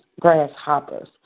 grasshoppers